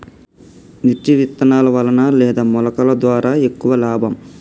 మిర్చి విత్తనాల వలన లేదా మొలకల ద్వారా ఎక్కువ లాభం?